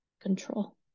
control